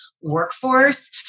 workforce